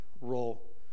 role